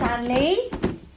Stanley